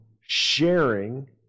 sharing